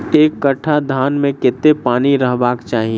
एक कट्ठा धान मे कत्ते पानि रहबाक चाहि?